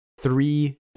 three